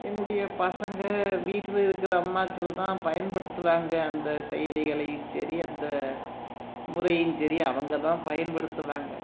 என்னுடைய பசங்க வீட்டில் இருக்கிற அம்மாக்கள் தான் பயன்படுத்துவாங்க அந்த செயலிகளையும் சரி அந்த முறையும் சரி அவங்க தான் பயன்படுத்துவாங்க